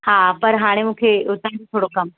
हा पर हाणे मूंखे हुतां ई थोरो कमु